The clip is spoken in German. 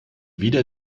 wieder